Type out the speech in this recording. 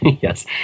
Yes